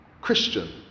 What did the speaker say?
Christian